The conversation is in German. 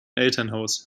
elternhaus